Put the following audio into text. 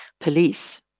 police